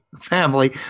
Family